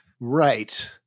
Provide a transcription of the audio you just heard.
Right